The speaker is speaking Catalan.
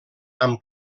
amb